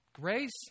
Grace